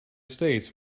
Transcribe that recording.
states